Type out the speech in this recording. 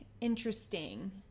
interesting